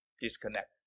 disconnect